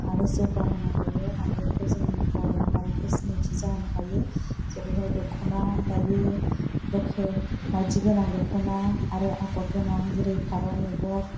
आरो जौगा होनो हायो हादरखौ जोंनि बर' माहारिखौ सिनायथि जाहोनो हायो जेरैहाय दख'ना दायो लकेल माइदि गोनां दख'ना आरो आगर गोनां जेरै फारौ मेगन